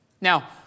Now